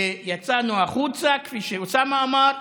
ויצאנו החוצה, כפי שאוסאמה אמר.